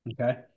Okay